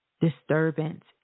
disturbance